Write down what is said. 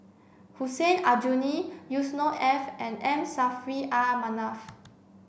Hussein Aljunied Yusnor Ef and M Saffri A Manaf